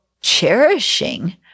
cherishing